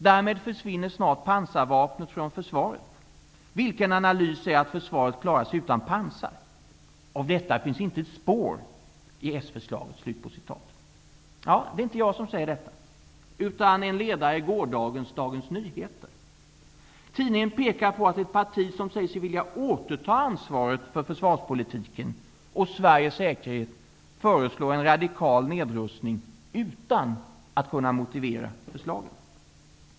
Därmed försvinner snart pansarvapnet från försvaret. Vilken analys säger att försvaret klarar sig utan pansar? Av detta finns inte ett spår i förslaget.'' Det är inte jag som säger detta, utan det skrevs i en ledare i gårdagens Dagens Nyheter. Tidningen pekar på att ett parti som säger sig vilja återta ansvaret för försvarspolitiken och Sveriges säkerhet föreslår en radikal nedrustning utan att kunna motivera förslagen.